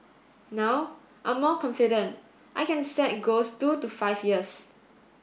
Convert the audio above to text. now I'm more confident I can set goals two to five years